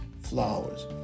flowers